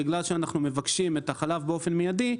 בגלל שאנחנו מבקשים את החלב באופן מיידי,